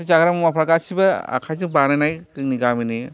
बे जाग्रा मुवाया गासिबो आखायजों बानायनाय जोंनि गामिनि